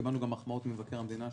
קיבלנו מחמאות גם ממבקר המדינה,